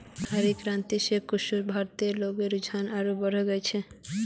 हरित क्रांति स कृषिर भीति लोग्लार रुझान आरोह बढ़े गेल छिले